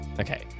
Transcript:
Okay